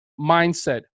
mindset